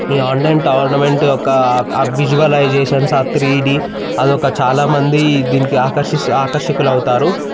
ఈ online tournament ఒక్క visualizations ఆ త్రీ డి అదొక చాలా మందీ దీనికి ఆకర్షి ఆకర్షికులు అవుతారు